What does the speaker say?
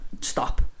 stop